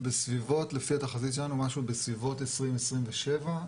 לפי התחזית שלנו משהו בסביבות 2027,